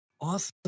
awesome